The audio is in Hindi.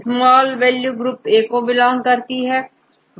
स्मॉल वैल्यू ग्रुप ए को बिलॉन्ग करती है